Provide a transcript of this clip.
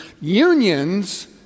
Unions